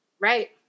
Right